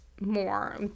More